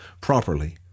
properly